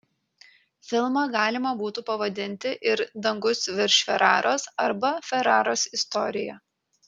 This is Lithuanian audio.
filmą galima būtų pavadinti ir dangus virš feraros arba feraros istorija